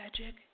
Magic